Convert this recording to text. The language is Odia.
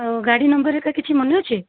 ଆଉ ଗାଡ଼ି ନମ୍ବର ହେରିକା କିଛି ମନେ ଅଛି